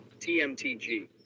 TMTG